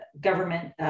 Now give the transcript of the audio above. government